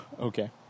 okay